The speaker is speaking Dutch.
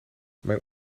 mijn